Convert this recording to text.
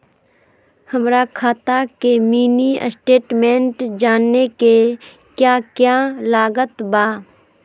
हमरा खाता के मिनी स्टेटमेंट जानने के क्या क्या लागत बा?